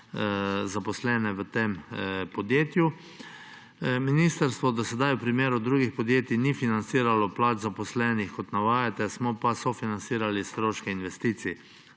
zaposlene v tem podjetju. Ministrstvo do sedaj v primeru drugih podjetij ni financiralo plač zaposlenih, kot navajate. Smo pa sofinancirali stroške investicij.